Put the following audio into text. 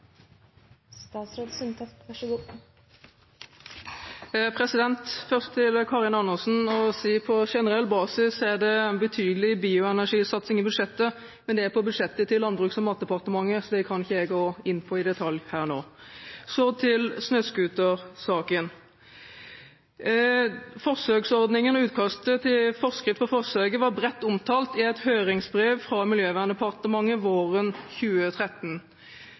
statsråd Tord Lien sier at det er sendt et felles brev til EU om hva som er politikken, uten at man er sikker på at man hadde flertallet i Stortinget bak seg, synes vi det er spesielt. Først til Karin Andersen: På generell basis er det betydelig bioenergisatsing i budsjettet, men det er på budsjettet til Landbruks- og matdepartementet, så det kan ikke jeg gå inn på i detalj her. Så til